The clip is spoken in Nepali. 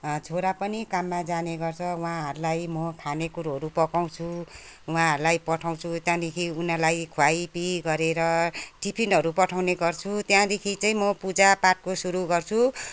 छोरा पनि काममा जाने गर्छ उहाँहरूलाई म खानेकुराहरू पकाउँछु उहाँहरूलाई पठाउँछु त्यहाँदेखि उनीहरूलाई खुवाइपी गरेर टिफिनहरू पठाउने गर्छु त्यहाँदेखि चाहिँ म पूजापाठको सुरु गर्छु